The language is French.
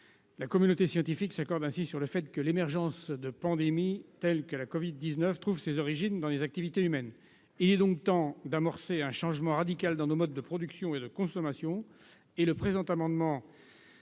La communauté scientifique s'accorde ainsi sur le fait que l'émergence de pandémies, telles que celle du covid-19, trouve ses origines dans les activités humaines. Il est donc temps d'amorcer un changement radical dans nos modes de production et de consommation. Le présent amendement